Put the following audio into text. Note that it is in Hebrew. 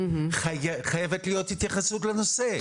חייבת להיות התייחסות לנושא.